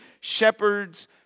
shepherds